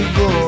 go